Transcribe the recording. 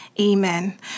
amen